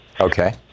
Okay